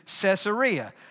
Caesarea